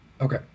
Okay